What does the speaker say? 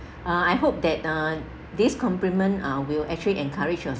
uh I hope that uh this compliment uh will actually encourage your